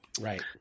Right